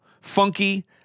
funky